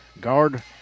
guard